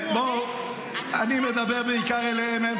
אני מדבר בעיקר אליהם.